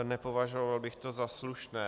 Nepovažoval bych to za slušné.